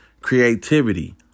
creativity